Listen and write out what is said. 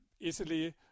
easily